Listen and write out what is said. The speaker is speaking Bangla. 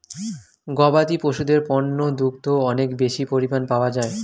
গবাদি পশুদের পণ্য দুগ্ধ অনেক বেশি পরিমাণ পাওয়া যায়